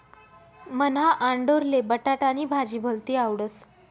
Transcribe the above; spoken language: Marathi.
मन्हा आंडोरले बटाटानी भाजी भलती आवडस